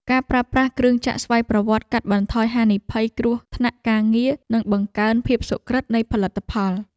ការប្រើប្រាស់គ្រឿងចក្រស្វ័យប្រវត្តិកាត់បន្ថយហានិភ័យគ្រោះថ្នាក់ការងារ និងបង្កើនភាពសុក្រឹតនៃផលិតផល។